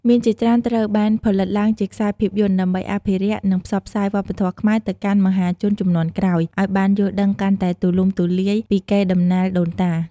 មានជាច្រើនត្រូវបានផលិតឡើងជាខ្សែភាពយន្ត ដើម្បីអភិរក្ស និងផ្សព្វផ្សាយវប្បធម៌ខ្មែរទៅកាន់មហាជនជំនាន់ក្រោយ ឲ្យបានយល់ដឹងកាន់តែទូលំទូលាយពីកេរដំណែលដូនតា។